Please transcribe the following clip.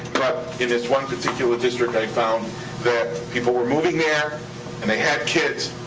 but in this one particular district, i found that people were moving there and they had kids,